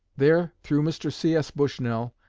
there, through mr. c s. bushnell,